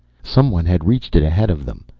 someone had reached it ahead of them,